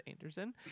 Anderson